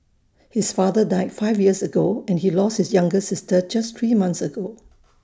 his father died five years ago and he lost his younger sister just three months ago